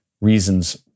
reasons